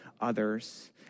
others